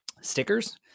stickers